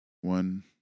One